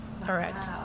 correct